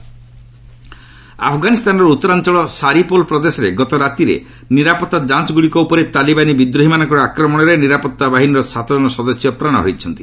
Afghan କିଲ୍ ଆଫ୍ଗାନିସ୍ତାନର ଉତ୍ତରାଞ୍ଚଳ ସାରିପଲ ପ୍ରଦେଶରେ ଗତ ରାତିରେ ନିରାପତ୍ତା ଯାଞ୍ଚ୍ ଘାଟିଗୁଡ଼ିକ ଉପରେ ତାଲିବାନୀ ବିଦ୍ରୋହୀମାନଙ୍କର ଆକ୍ରମଣରେ ନିରାପତ୍ତା ବାହିନୀର ସାତ ଜଣ ସଦସ୍ୟ ପ୍ରାଣ ହରାଇଛନ୍ତି